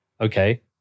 okay